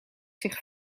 zich